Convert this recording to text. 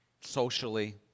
socially